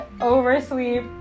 oversleep